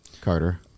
Carter